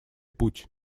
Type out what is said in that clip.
путь